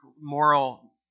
moral